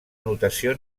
notació